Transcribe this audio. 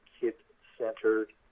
kid-centered